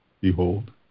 behold